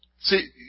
See